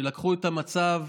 שלקחו את המצב